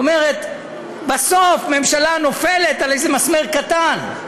זאת אומרת, בסוף ממשלה נופלת על איזה מסמר קטן,